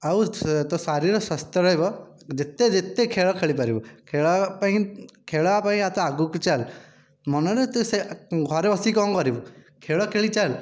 ଆଉ ତୋ' ଶରୀର ସ୍ୱସ୍ଥ ରହିବ ଯେତେ ଯେତେ ଖେଳ ଖେଳିପାରିବୁ ଖେଳ ପାଇଁ ଖେଳ ପାଇଁ ତ ଆଗକୁ ଚାଲ୍ ମନରେ ତୁ ସେ ଘରେ ବସିକି କଣ କରିବୁ ଖେଳ ଖେଳି ଚାଲ୍